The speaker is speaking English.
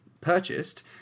purchased